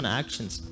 actions